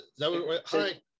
Hi